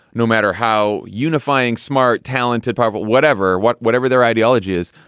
no matter how unifying, smart, talented, powerful, whatever, what whatever their ideology is,